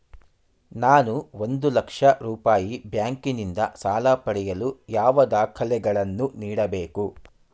ನಾನು ಒಂದು ಲಕ್ಷ ರೂಪಾಯಿ ಬ್ಯಾಂಕಿನಿಂದ ಸಾಲ ಪಡೆಯಲು ಯಾವ ದಾಖಲೆಗಳನ್ನು ನೀಡಬೇಕು?